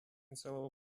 целого